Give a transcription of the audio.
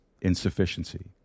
insufficiency